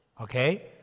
okay